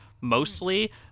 mostly